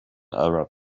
arab